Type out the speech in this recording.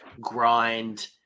grind